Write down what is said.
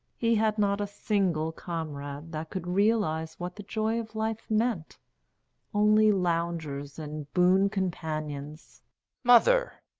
he had not a single comrade that could realise what the joy of life meant only loungers and boon-companions mother!